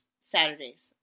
Saturdays